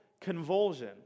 convulsion